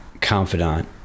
confidant